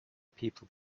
people